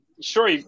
sure